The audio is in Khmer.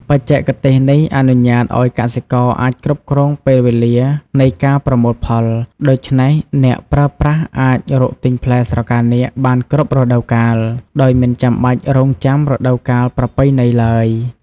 បច្ចេកទេសនេះអនុញ្ញាតឱ្យកសិករអាចគ្រប់គ្រងពេលវេលានៃការប្រមូលផល ដូច្នេះអ្នកប្រើប្រាស់អាចរកទិញផ្លែស្រកានាគបានគ្រប់រដូវកាល ដោយមិនចាំបាច់រង់ចាំរដូវកាលប្រពៃណីឡើយ។